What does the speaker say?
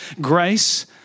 grace